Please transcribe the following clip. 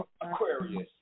Aquarius